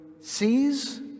sees